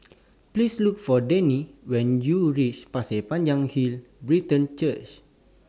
Please Look For Danny when YOU REACH Pasir Panjang Hill Brethren Church